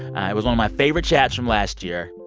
and it was one of my favorite chats from last year.